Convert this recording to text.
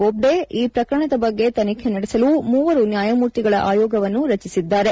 ಬೋಬ್ಡೆ ಈ ಪ್ರಕರಣದ ಬಗ್ಗೆ ತನಿಖೆ ನಡೆಸಲು ಮೂವರು ನ್ನಾಯಮೂರ್ತಿಗಳ ಆಯೋಗವನ್ನು ರಚಿಸಿದ್ದಾರೆ